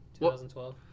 2012